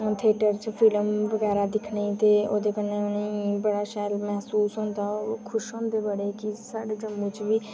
theatre च film बगैरा दिक्खनै ई ते ओह्दे कन्नै उ'नेंगी बड़ा शैल महसूस होंदा ते ओह् खुश होंदे बड़े की साढ़े जम्मू च बी